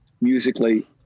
musically